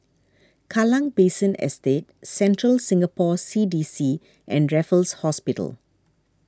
Kallang Basin Estate Central Singapore C D C and Raffles Hospital